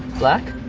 black,